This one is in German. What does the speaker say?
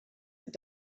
und